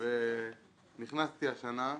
נכנסתי השנה.